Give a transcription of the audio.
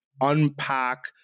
unpack